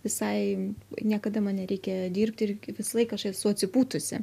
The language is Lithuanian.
visai niekada man nereikėjo dirbti ir visąlaik aš esu atsipūtusi